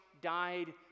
died